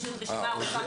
יש עוד רשימה ארוכה.